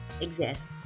exist